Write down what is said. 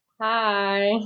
Hi